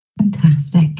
Fantastic